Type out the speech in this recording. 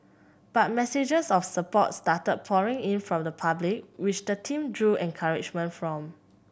but messages of support started pouring in from the public which the team drew encouragement from